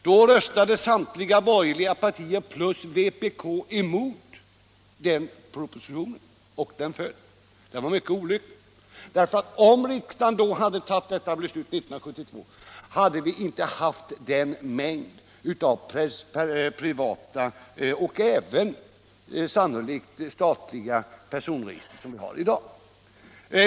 Då röstade samtliga borgerliga partier plus vpk emot propositionen, som därmed föll. Det var mycket olyckligt. Om riksdagen år 1972 hade bifallit denna proposition, skulle vi inte ha haft den mängd av privata och även statliga personregister som vi i dag har.